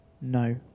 No